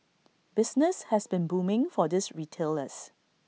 business has been booming for these retailers